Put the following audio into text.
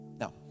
Now